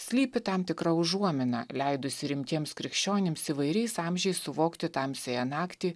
slypi tam tikra užuomina leidusi rimtiems krikščionims įvairiais amžiais suvokti tamsiąją naktį